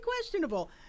questionable